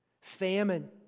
famine